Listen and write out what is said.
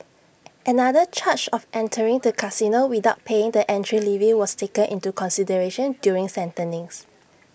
another charge of entering the casino without paying the entry levy was taken into consideration during sentencing